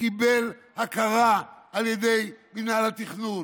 קיבל הכרה על ידי מינהל התכנון